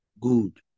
good